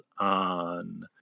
on